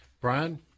Brian